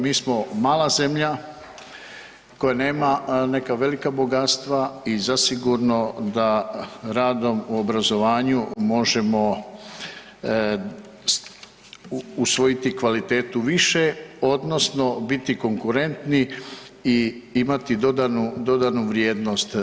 Mi smo mala zemlja koja nema neka velika bogatstva i zasigurno da radom u obrazovanju možemo usvojiti kvalitetu više odnosno biti konkurentni i imati dodanu, dodanu vrijednost.